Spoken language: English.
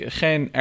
geen